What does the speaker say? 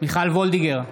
מיכל וולדיגר,